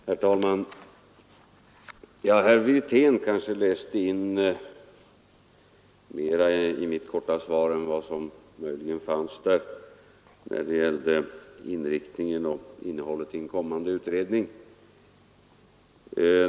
Herr talman! Herr Wirtén kanske läste mera i mitt korta svar än vad som fanns där när det gällde inriktningen av och innehållet i en kommande utredning.